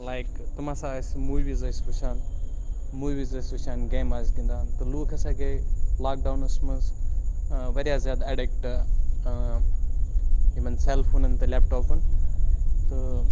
like تِم ہَسا ٲسۍ موٗویٖز ٲسۍ وٕچھان موٗویٖز ٲسۍ وٕچھان گیمہٕ ٲسۍ گِنٛدان تہٕ لوٗکھ ہَسا گٔے لاکڈاوُنَس منٛز واریاہ زیادٕ اَڈِکٹ یِمَن سٮ۪ل فونَن تہٕ لٮ۪پٹاپَن تہٕ